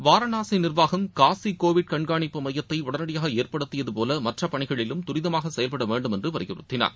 வாரணாசி நிர்வாகம் காசி கோவிட் கண்காணிப்பு மையத்தை உடனடியாக ஏற்படுத்தியது போல மற்ற பணிகளிலும் தரிதமாக செயல்பட வேண்டும் என்று வலியுறுத்தினார்